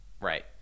Right